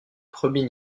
premier